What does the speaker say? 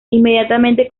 inmediatamente